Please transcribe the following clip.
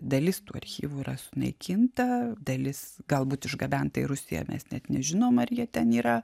dalis tų archyvų yra sunaikinta dalis galbūt išgabenta į rusiją mes net nežinom ar jie ten yra